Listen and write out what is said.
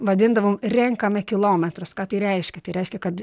vadindavom renkame kilometrus ką tai reiškia tai reiškia kad